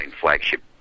flagship